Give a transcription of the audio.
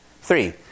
Three